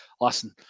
listen